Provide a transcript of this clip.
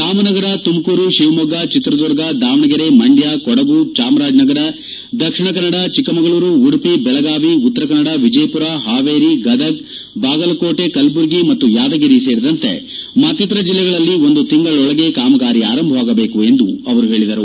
ರಾಮನಗರ ತುಮಕೂರು ಶಿವಮೊಗ್ಗ ಚಿತ್ರದುರ್ಗ ದಾವಣಗೆರೆ ಮಂಡ್ಯ ಕೊಡುಗು ಜಾಮರಾಜನಗರ ದಕ್ಷಿಣ ಕನ್ನಡ ಚಿಕ್ಕಮಗಳೂರು ಉಡುಪಿ ಬೆಳಗಾವಿ ಉತ್ತರಕನ್ನಡ ವಿಜಯಪುರ ಹಾವೇರಿ ಗದಗ ಬಾಗಲಕೋಟೆ ಕಲ್ಬರ್ಗಿ ಮತ್ತು ಯಾದಗಿರಿ ಸೇರಿದಂತೆ ಮತ್ತಿತರ ಜಿಲ್ಲೆಗಳಲ್ಲಿ ಒಂದು ತಿಂಗಳೊಳಗೆ ಕಾಮಗಾರಿ ಆರಂಭವಾಗಬೇಕು ಎಂದು ಆವರು ಹೇಳಿದರು